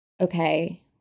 okay